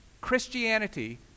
Christianity